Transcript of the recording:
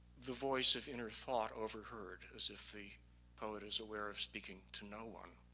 the voice of inner thought overheard as if the poet is aware of speaking to no one.